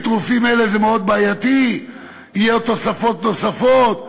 בימים טרופים אלה זה מאוד מאוד בעייתי"; יהיו עוד תוספות נוספות וכו'